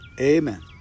amen